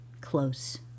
close